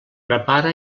prepara